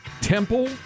Temple